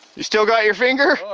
you still got your finger?